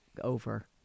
over